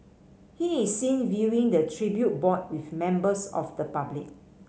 he is seen viewing the tribute board with members of the public